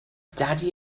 daddy